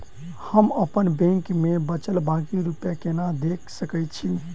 हम अप्पन बैंक मे बचल बाकी रुपया केना देख सकय छी?